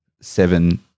seven